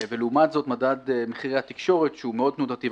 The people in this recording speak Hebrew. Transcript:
ולעומת זאת מדד מחירי התקשורת שהוא מאוד תנודתי,